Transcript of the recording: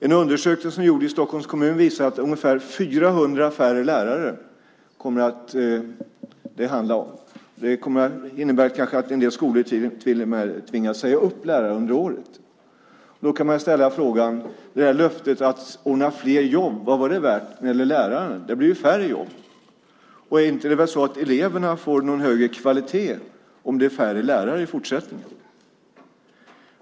En undersökning gjord i Stockholms kommun visar att det kommer att handla om ungefär 400 färre lärare. Det innebär att en del skolor kanske till och med tvingas säga upp lärare under året. Då kan man ställa frågan: Vad var löftet att ordna fler jobb värt när det gäller lärarna? Det blir ju färre jobb. Och inte får eleverna någon högre kvalitet om det i fortsättningen blir färre lärare.